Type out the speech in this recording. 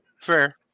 Fair